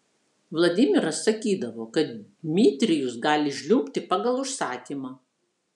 vladimiras sakydavo kad dmitrijus gali žliumbti pagal užsakymą